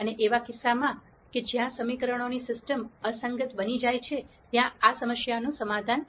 અને એવા કિસ્સામાં કે જ્યાં સમીકરણોની સિસ્ટમ અસંગત બની જાય છે ત્યાં આ સમસ્યાનું સમાધાન નથી